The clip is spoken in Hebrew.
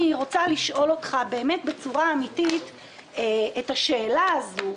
אני רוצה לשאול אותך באמת בצורה אמתית את השאלה הזאת.